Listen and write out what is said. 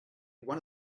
one